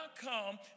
come